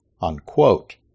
unquote